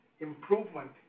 improvement